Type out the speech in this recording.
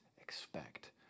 expect